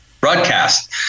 broadcast